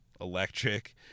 electric